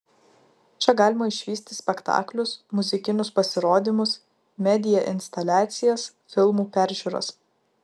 čia galima išvysti spektaklius muzikinius pasirodymus media instaliacijas filmų peržiūras